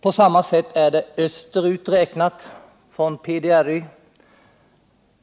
På samma sätt är det österut, räknat från PDRY.